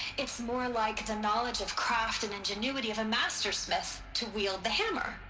it's more like the knowledge of craft and ingenuity of a master smith. to wield the hammer.